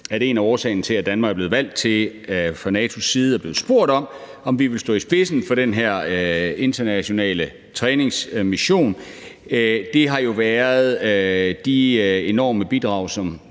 at en af årsagerne til, at Danmark fra NATO's side er blevet valgt til at – er blevet spurgt, om vi vil – stå i spidsen for den her internationale træningsmission, jo har været de enorme bidrag, som